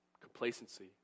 complacency